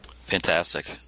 Fantastic